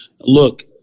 Look